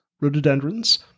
rhododendrons